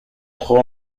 trop